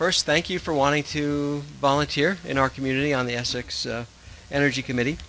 first thank you for wanting to volunteer in our community on the essex energy committee